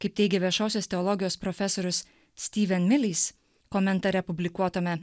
kaip teigė viešosios teologijos profesorius stiven milis komentare publikuotame